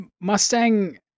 Mustang